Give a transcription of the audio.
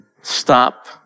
Stop